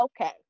okay